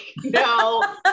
no